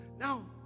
Now